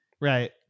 Right